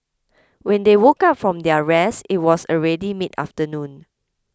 when they woke up from their rest it was already mid afternoon